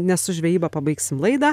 nes su žvejyba pabaigsim laidą